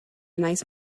nice